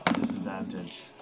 disadvantage